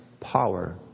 power